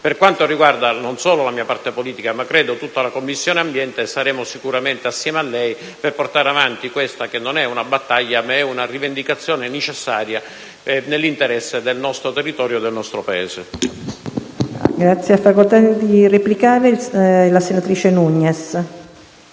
Per quanto riguarda non solo la mia parte politica, ma credo tutta la Commissione ambiente, saremo sicuramente assieme a lei per portare avanti questa che non è una battaglia, ma è una rivendicazione necessaria nell'interesse del nostro territorio, del nostro Paese.